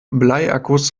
bleiakkus